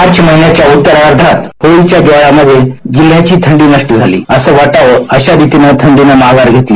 मार्च महिन्याच्या उत्तरार्धात होळीच्या ज्वाळांमध्ये जिल्ह्याची थंडी नष्ट झाली असं वाटावं अशा रितीनं थंडीन माघार घेतली